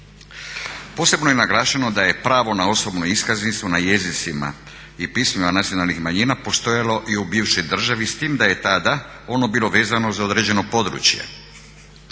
Posebno je naglašeno da je pravo na osobnu iskaznicu na jezicima i pismima nacionalnih manjina postojalo i u bivšoj državi s tim da je tada ono bilo vezano za određeno područje.